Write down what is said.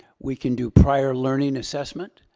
we can do prior learning assessment.